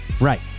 Right